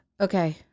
Okay